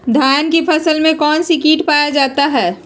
धान की फसल में कौन सी किट पाया जाता है?